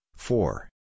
Four